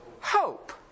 hope